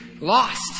lost